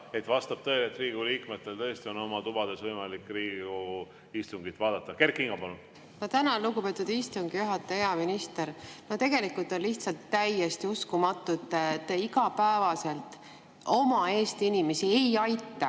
et vastab tõele, et Riigikogu liikmetel tõesti on oma tubades võimalik Riigikogu istungit vaadata. Kert Kingo, palun! Ma tänan, lugupeetud istungi juhataja! Hea minister! Tegelikult on lihtsalt täiesti uskumatu, et te igapäevaselt Eesti inimesi ei aita